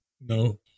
No